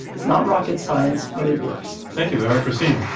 it's not rocket science, but it works. thank you, eric racine.